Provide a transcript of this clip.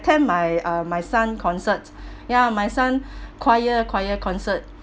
attend my uh my son concert ya my son choir choir concert